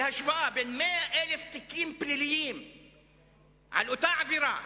בהשוואה בין 100,000 תיקים על אותה עבירה,